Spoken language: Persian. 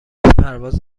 پرواز